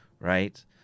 right